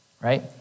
right